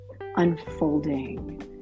unfolding